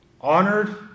honored